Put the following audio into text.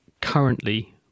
currently